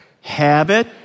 habit